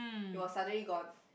he was suddenly gone